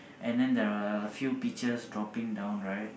and then the few peaches dropping down right